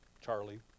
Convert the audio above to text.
Charlie